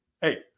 Hey